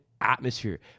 atmosphere